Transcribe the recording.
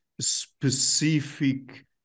specific